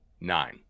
nine